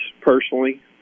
personally